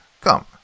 Come